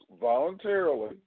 voluntarily